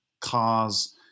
cars